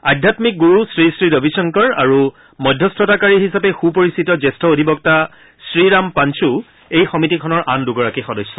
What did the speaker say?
আধ্যামিক গুৰু শ্ৰীশ্ৰী ৰৱিশংকৰ আৰু মধ্যস্থতাকাৰী হিচাপে সূ পৰিচিত জ্যেষ্ঠ অধিবক্তা শ্ৰীৰাম পাঞ্ এই সমিতিখনৰ আন দুগৰাকী সদস্য